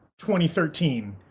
2013